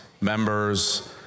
members